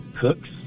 cooks